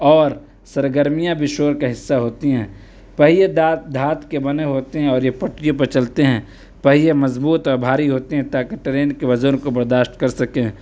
اور سرگرمیاں بھی شور کا حصہ ہوتی ہیں پہیے دھات کے بنے ہوتے ہیں اور یہ پٹریوں پہ چلتے ہیں پہیے مضبوط اور بھاری ہوتے ہیں تا کہ ٹرین کے وزن کو برداشت کر سکیں